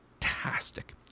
fantastic